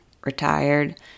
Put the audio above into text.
retired